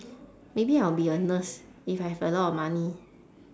maybe I'll be a nurse if I have a lot of money